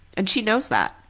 and she knows that.